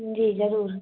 जी ज़रूर